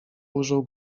użył